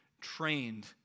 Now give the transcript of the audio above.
trained